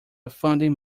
founding